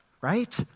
right